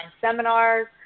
seminars